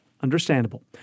understandable